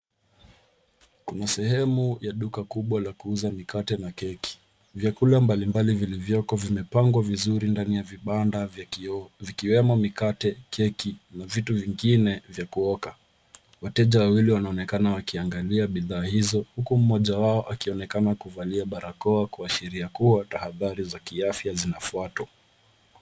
Kuna sehemu ya duka kubwa la kuuza mikate na keki. Vyakula mbali mbali vilivyoko vimepangwa vizuri ndani ya vibanda vya kioo vikiwemo mikate, keki na vitu vingine vya kuoka. Wateja wawili wanaonekana wakiangalia bidhaa hizo huku mmoja wao akionekana kuvalia barakoa kuashiria kuwa tahathari za kiafya zinafutwa.